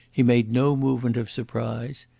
he made no movement of surprise.